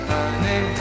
Honey